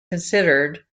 considered